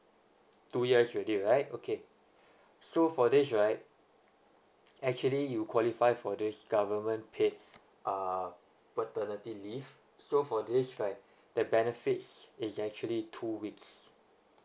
two years already right okay so for this right actually you qualify for this government paid err paternity leave so for this right the benefits is actually two weeks